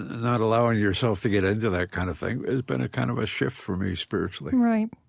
not allowing yourself to get into that kind of thing has been a kind of a shift for me spiritually right.